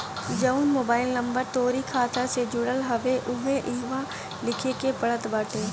जवन mobile number तोहरी खाता से जुड़ल हवे उहवे इहवा लिखे के पड़त बाटे